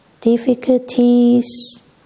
difficulties